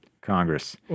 Congress